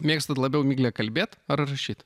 mėgstat labiau migle kalbėt ar rašyt